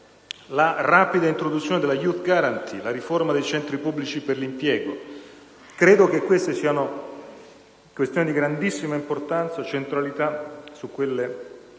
la rapida introduzione della *Youth* *Guarantee*, la riforma dei centri pubblici per l'impiego. Credo che queste siano questioni di grandissima importanza e centralità su cui